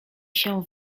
się